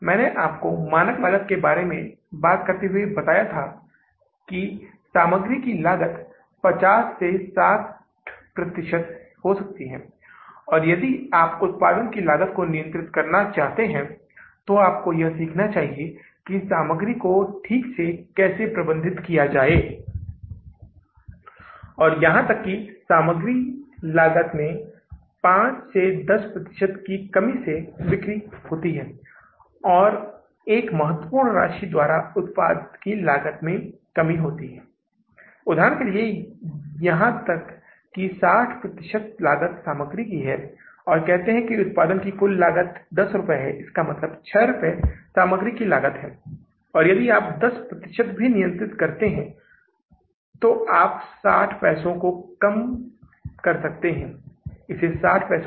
इसलिए अब हमें जून के महीने में पता चला है कि हमारे पास 318000 का नकारात्मक शेष है जिसे हमें कहीं से जुटाना है जो इस बजट की सुंदरता है जिसे हम पहले से जानते हैं पहले वास्तव में इसका मतलब है कि कार्य परिचालन शुरू करने से पहले या इससे पहले की हम जून के महीने के संचालन तक पहुंचे हम यह पहले से जानते हैं कि जब यह जून का महीना आएगा तो हमारी प्राप्तियां कम होंगी हमारे भुगतान अधिक होंगे इसलिए 318000 डॉलर का नकारात्मक शेष होगा जिसको हमें कुछ स्रोतों से जुटाना होगा